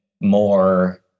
more